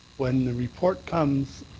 when the report comes,